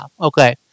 okay